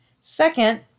Second